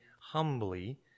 humbly